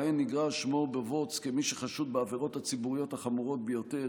שבהן נגרר שמו בבוץ כמי שחשוד בעבירות הציבוריות החמורות ביותר,